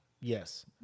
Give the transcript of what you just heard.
yes